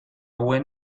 buen